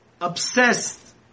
obsessed